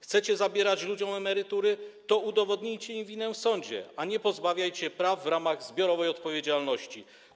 Chcecie zabierać ludziom emerytury, to udowodnijcie im winę w sądzie, a nie pozbawiajcie praw w ramach zbiorowej odpowiedzialności.